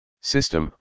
System